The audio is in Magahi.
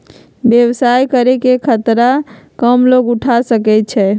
व्यवसाय करे के खतरा कम लोग उठा सकै छै